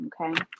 Okay